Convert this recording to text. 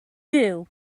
due